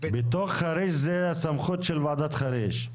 בתוך חריש זה בסמכות ועדת חריש,